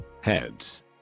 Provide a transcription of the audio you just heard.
Heads